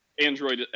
Android